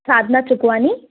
Sadhana Sukhwani